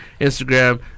Instagram